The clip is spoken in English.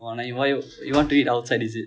oh why you you want to eat outside is it